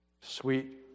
Sweet